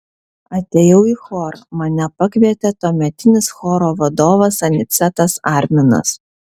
atėjau į chorą mane pakvietė tuometinis choro vadovas anicetas arminas